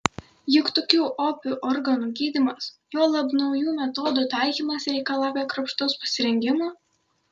juk tokių opių organų gydymas juolab naujų metodų taikymas reikalauja kruopštaus pasirengimo